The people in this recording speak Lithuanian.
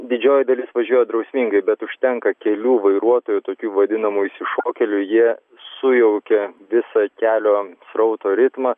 didžioji dalis važiuoja drausmingai bet užtenka kelių vairuotojų tokių vadinamų išsišokėlių jie sujaukia visą kelio srauto ritmą